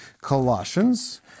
Colossians